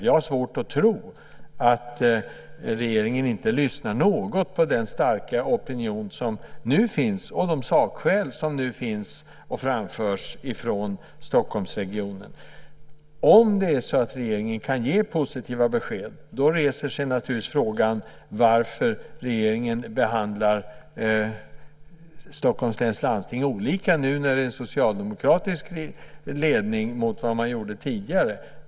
Jag har svårt att tro att regeringen inte lyssnar något på den starka opinion som nu finns och de sakskäl som nu finns och framförs från Stockholmsregionen. Om regeringen kan ge positiva besked reser sig frågan varför regeringen behandlar Stockholms läns landsting annorlunda nu när det är en socialdemokratisk ledning mot vad man gjorde tidigare.